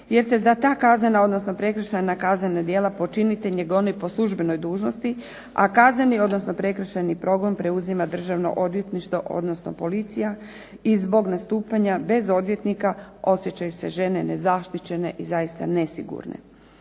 jer se za ta kaznena odnosno prekršajna kaznena djela počinitelji gone po službenoj dužnosti, a kazneni odnosno prekršajni progon preuzima Državno odvjetništvo odnosno policija i zbog nastupanja bez odvjetnika osjećaju se žene nezaštićene i zaista nesigurne.